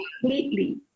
completely